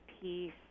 peace